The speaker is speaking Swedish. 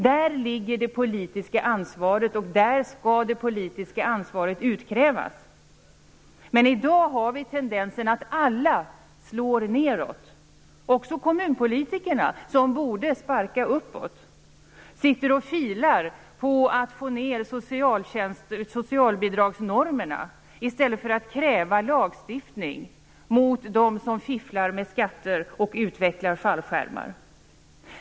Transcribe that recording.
Där ligger det politiska ansvaret, och där skall det politiska ansvaret utkrävas. Men i dag har vi tendensen att alla slår nedåt. Också kommunpolitiker, som borde sparka uppåt, sitter och filar på att få ned socialbidragsnormerna i stället för att kräva lagstiftning mot dem som fifflar med skatter och utvecklar fallskärmar.